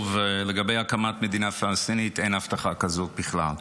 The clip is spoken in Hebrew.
לגבי הקמת מדינה פלסטינית, אין הבטחה כזאת בכלל.